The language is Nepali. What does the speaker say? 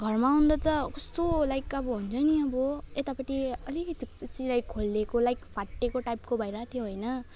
घरमा आउँदा त कस्तो लाइक अब हुन्छ नि अब यतापट्टि अलिकति सिलाइ खोलिएको लाइक फाटेको टाइपको भइरहेथ्यो हैन